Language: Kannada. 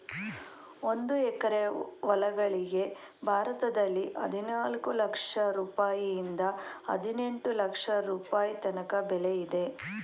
ಒಂದು ಎಕರೆ ಹೊಲಗಳಿಗೆ ಭಾರತದಲ್ಲಿ ಹದಿನಾಲ್ಕು ಲಕ್ಷ ರುಪಾಯಿಯಿಂದ ಹದಿನೆಂಟು ಲಕ್ಷ ರುಪಾಯಿ ತನಕ ಬೆಲೆ ಇದೆ